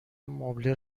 مبله